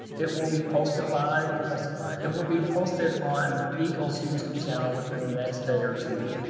it will be posted live posted live and will be posted on egle's youtube channel within the next day or two.